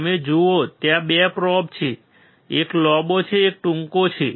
તમે જુઓ ત્યાં 2 પ્રોબ્સ છે એક લાંબો છે એક ટૂંકો છે